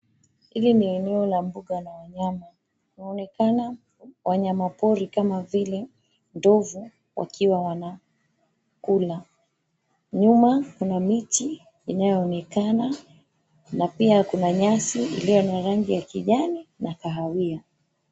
Hili ni eneo la mbuga la wanyama. Kunaonekana wanyama pori kama vile ndovu wakiwa wanakula. Nyuma kuna miti inayoonekana na pia kuna nyasi ilio na rangi ya kijani na kahawia.